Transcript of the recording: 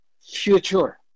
future